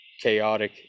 chaotic